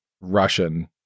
Russian